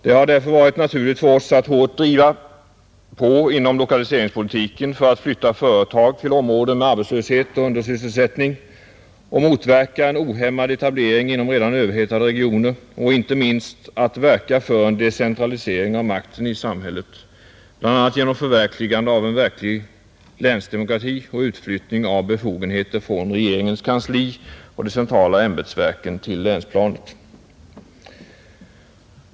Det har därför varit naturligt för oss att hårt driva på inom lokaliseringspolitiken för att flytta företag till områden med arbetslöshet och undersysselsättning, att motverka en ohämmad etablering inom redan överhettade regioner och — inte minst — att verka för en decentralisering av makten i samhället, bl.a. genom förverkligande av en verklig länsdemokrati och utflyttning av befogenheter från regeringens kansli och de centrala ämbetsverken till länsplanet.